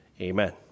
Amen